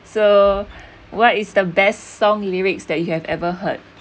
so what is the best song lyrics that you have ever heard